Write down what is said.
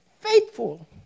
faithful